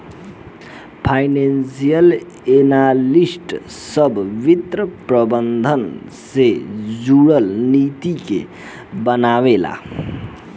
financial analyst सभ वित्त प्रबंधन से जुरल नीति के बनावे ला